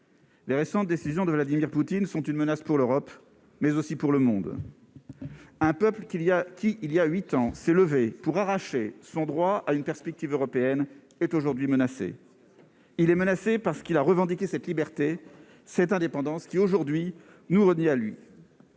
Les récentes décisions de Vladimir Poutine, sont une menace pour l'Europe, mais aussi pour le monde un peu plus qu'il y a qui il y a 8 ans s'est levé pour arracher son droit à une perspective européenne est aujourd'hui menacée, il est menacé par ce qu'il a revendiqué cette liberté et cette indépendance qui aujourd'hui nous à lui